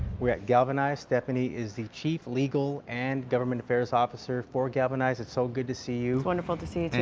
we're at galvanize. stephanie is the chief legal and government affairs officer for galvanize. it's so good to see you. wonderful to see you,